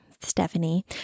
Stephanie